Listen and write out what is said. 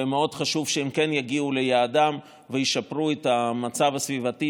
ומאוד חשוב שהם יגיעו ליעדם וישפרו את המצב הסביבתי